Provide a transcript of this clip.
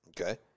okay